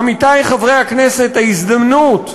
עמיתי חברי הכנסת, ההזדמנות,